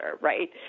right